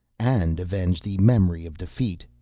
and avenge the memory of defeat,